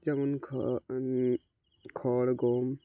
যেমন খ খড় গম